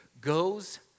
goes